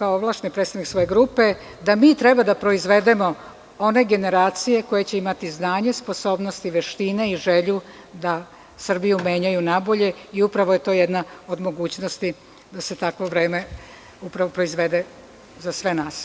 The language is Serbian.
ovlašćeni predsednik svoje grupe da mi treba da proizvedemo one generacije koja će imati znanje, sposobnost i veštine i želju da Srbiju menjaju nabolje i upravo je to jedna od mogućnosti da se takvo vreme upravo proizvede za sve nas.